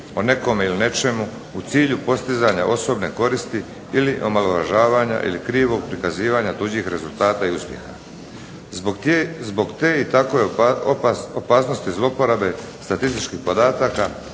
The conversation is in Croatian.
o nekom ili nečemu u cilju postizanja osobne koristi ili omalovažavanja ili krivog prikazivanja tuđih rezultata i uspjeha. Zbog te i takove opasnosti zlouporabe statističkih podataka